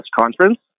conference